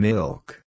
Milk